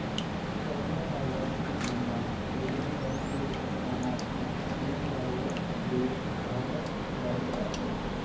चउदा फरवरी के दिन म वेलेंटाइन डे मनाथे जेन ल रोज डे घलोक कहे जाथे